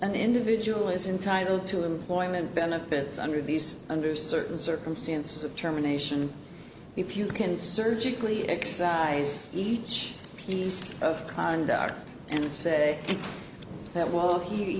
an individual is entitled to employment benefits under these under certain circumstances of terminations if you can surgically excise each piece of conduct and say that while he